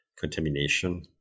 contamination